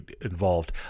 involved